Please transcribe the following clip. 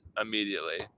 immediately